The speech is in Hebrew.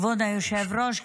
כבוד היושב-ראש,